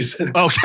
Okay